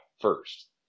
first